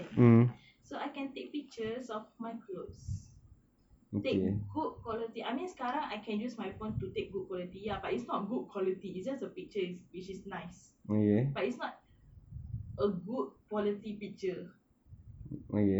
so I can take pictures of my clothes take good quality I mean sekarang I can use my phone to take good quality ah but it's not good quality it is just a picture which is nice but it's not a good quality picture